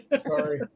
Sorry